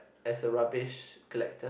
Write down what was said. as a rubbish collector